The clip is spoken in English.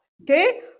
okay